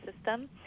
system